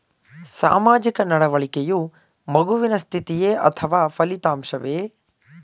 ಸಾಮಾಜಿಕ ನಡವಳಿಕೆಯು ಮಗುವಿನ ಸ್ಥಿತಿಯೇ ಅಥವಾ ಫಲಿತಾಂಶವೇ?